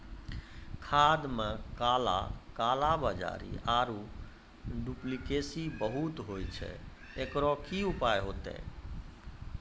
खाद मे काला कालाबाजारी आरु डुप्लीकेसी बहुत होय छैय, एकरो की उपाय होते?